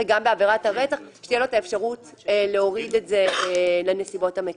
גם בעבירת הרצח שתהיה לו את האפשרות להוריד את זה לנסיבות המקילות.